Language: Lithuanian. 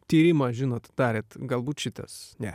tyrimą žinot darėt galbūt šitas ne